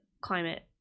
climate